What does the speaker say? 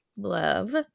Love